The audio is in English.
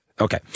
Okay